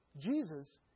Jesus